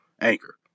Anchor